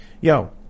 yo